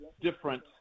different